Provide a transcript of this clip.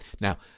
Now